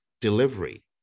delivery